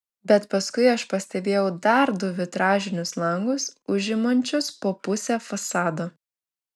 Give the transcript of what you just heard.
bet paskui aš pastebėjau dar du vitražinius langus užimančius po pusę fasado